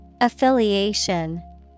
affiliation